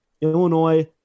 Illinois